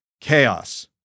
chaos